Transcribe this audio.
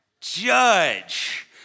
judge